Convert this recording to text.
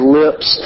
lips